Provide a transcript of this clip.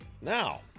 Now